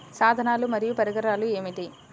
సాధనాలు మరియు పరికరాలు ఏమిటీ?